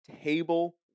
table